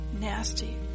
nasty